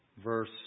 Verse